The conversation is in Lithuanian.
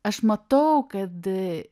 aš matau kad